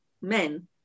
men